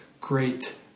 great